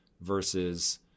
versus